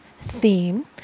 theme